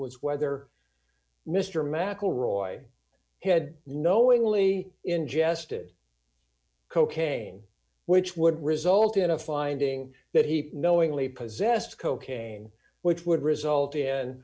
was whether mr mcelroy had knowingly ingested cocaine which would result in a finding that he knowingly possessed cocaine which would result in